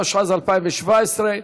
התשע"ז 2017,